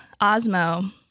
Osmo